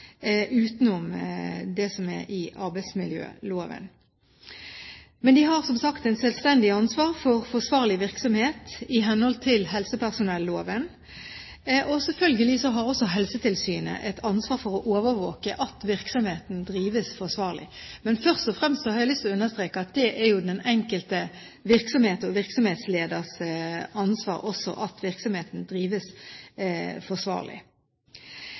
utover det som er i arbeidsmiljøloven. Men de har, som sagt, et selvstendig ansvar for forsvarlig virksomhet i henhold til helsepersonelloven. Selvfølgelig har Helsetilsynet et ansvar for å overvåke at virksomheten drives forsvarlig, men først og fremst har jeg lyst til å understreke at det er jo den enkelte virksomhets og virksomhetsleders ansvar også at virksomheten drives forsvarlig.